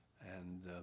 and